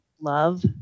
love